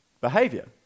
behavior